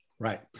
Right